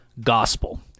gospel